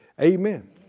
amen